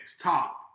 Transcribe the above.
Top